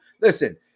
Listen